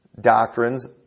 doctrines